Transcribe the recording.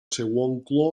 seu